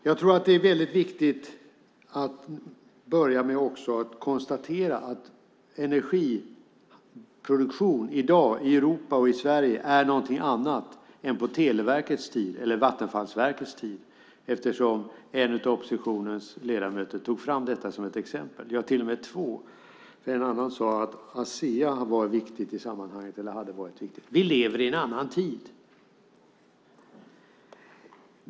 Jag tror att det är viktigt att börja med att konstatera att energiproduktion i dag, i Europa och i Sverige, är någonting annat än på Televerkets tid eller Vattenfallverkets tid. En av oppositionens ledamöter tog ju fram detta som ett exempel. Det var till och med två som gjorde det. En annan sade att Asea hade varit viktigt i sammanhanget. Vi lever i en annan tid.